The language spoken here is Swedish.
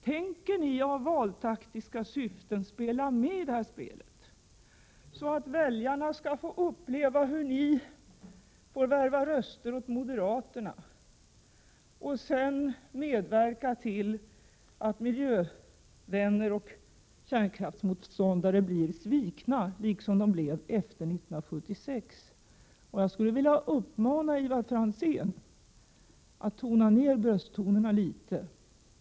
Tänker ni i valtaktiskt syfte spela med i detta spel, så att väljarna skall få uppleva hur ni värvar röster åt moderaterna och sedan medverkar till att miljövänner och kärnkraftsmotståndare blir svikna, liksom de blev 1976. Jag skulle vilja uppmana Ivar Franzén att dämpa brösttonerna litet.